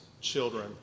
children